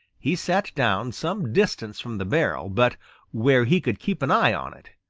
he sat down some distance from the barrel but where he could keep an eye on it.